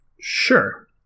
sure